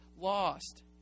lost